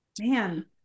Man